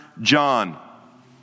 John